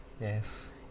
Yes